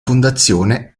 fondazione